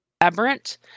aberrant